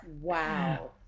Wow